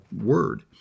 word